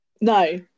No